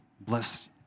Bless